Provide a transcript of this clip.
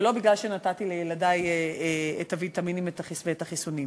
ולא משום שנתתי לילדי את הוויטמינים ואת החיסונים.